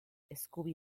scooby